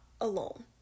alone